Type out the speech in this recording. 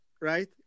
right